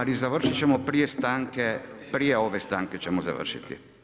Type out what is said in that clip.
Ali, završiti ćemo prije stanke, prije ove stanke ćemo završiti.